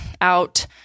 out